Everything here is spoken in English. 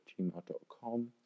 gmail.com